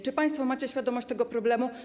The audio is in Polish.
Czy państwo macie świadomość tego problemu?